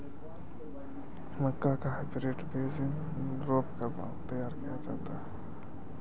मक्का के हाइब्रिड बीज कैसे तैयार करय हैय?